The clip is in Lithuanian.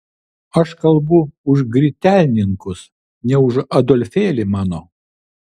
aš kalbu už grytelninkus ne už adolfėlį mano